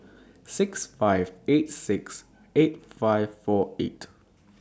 six five eight six eight five four eight